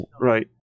Right